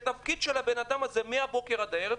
שתפקידו הוא לשמור על יישום ההנחיות מבוקר ועד ערב.